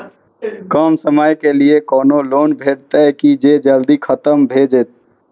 कम समय के लीये कोनो लोन भेटतै की जे जल्दी खत्म भे जे?